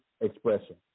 expression